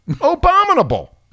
Abominable